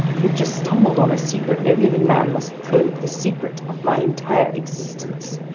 you've just stumbled on a secret no living man must probe, the secret of my entire existence!